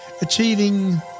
achieving